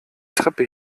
treppe